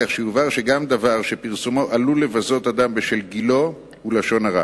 כך שיובהר שגם דבר שפרסומו עלול לבזות אדם בשל גילו הוא לשון הרע.